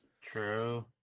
true